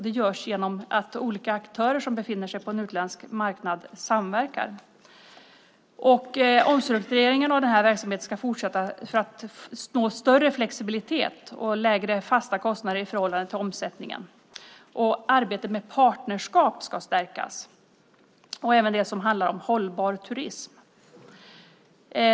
Det görs genom att olika aktörer som befinner sig på en utländsk marknad samverkar. Omstruktureringen av denna verksamhet ska fortsätta för att man ska nå större flexibilitet och lägre fasta kostnader i förhållande till omsättningen, och arbetet med partnerskap ska stärkas och även det som handlar om hållbar turism.